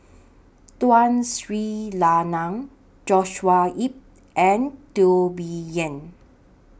Tun Sri Lanang Joshua Ip and Teo Bee Yen